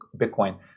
Bitcoin